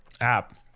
app